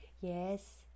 yes